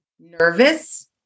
nervous